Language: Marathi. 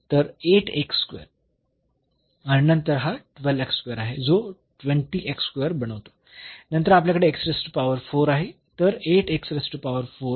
तर आणि नंतर हा आहे जो बनवतो नंतर आपल्याकडे आहे